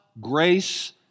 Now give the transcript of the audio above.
grace